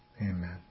Amen